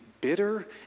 bitter